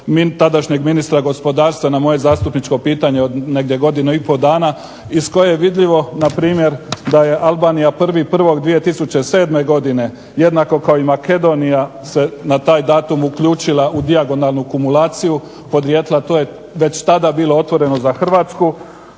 tadašnjeg ministra gospodarstva na moje zastupničko pitanje od negdje godinu i pol dana iz koje je vidljivo npr. da je Albanija 1.1.2007. jednako kao i Makedonija se na taj datum uključila u dijagonalnu kumulaciju podrijetla, već tada je to bilo otvoreno za Hrvatsku.